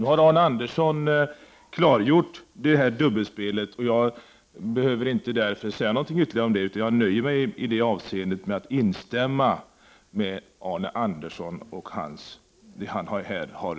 Nu har Arne Andersson i Ljung klargjort dubbelspelet, så jag behöver inte säga något ytterligare om det. Jag nöjer mig i det avseendet med att instämma i vad Arne Andersson har uttalat i den frågan.